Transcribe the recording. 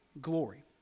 glory